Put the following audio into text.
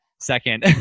second